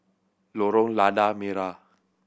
Lorong Lada Merah